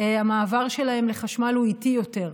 המעבר שלהם לחשמל הוא איטי יותר,